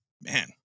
man